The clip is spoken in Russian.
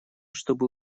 чтобы